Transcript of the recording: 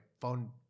phone